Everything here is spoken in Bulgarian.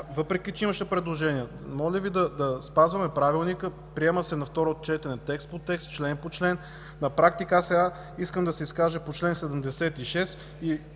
въпреки че имаше предложения. Моля Ви да спазваме Правилника – на второ четене се приема текст по текст, член по член. На практика аз сега искам да се изкажа по чл. 76 и